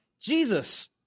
jesus